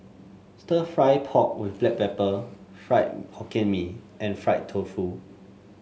stir fry pork with Black Pepper Fried Hokkien Mee and Fried Tofu